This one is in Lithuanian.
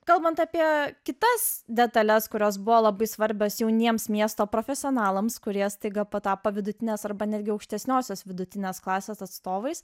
kalbant apie kitas detales kurios buvo labai svarbios jauniems miesto profesionalams kurie staiga patapo vidutinės arba netgi aukštesniosios vidutinės klasės atstovais